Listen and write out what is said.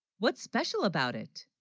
what's special, about it?